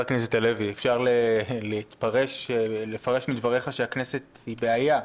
הלוי, אפשר לפרש מדבריך שהכנסת היא בעיה.